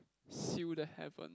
seal the heaven